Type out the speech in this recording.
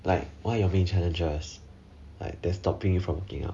like what your main challenges like that is stopping you from working out